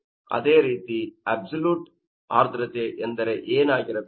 ಅದೇ ರೀತಿ ಅಬ್ಸಲ್ಯೂಟ್ ಆರ್ದ್ರತೆ ಎಂದರೆ ಏನಾಗಿರಬೇಕು